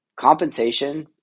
compensation